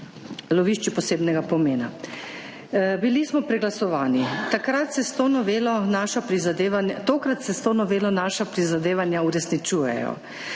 lovišče posebnega pomena. Bili smo preglasovani. Takrat se s to novelo naša prizadevanja…,